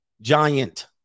giant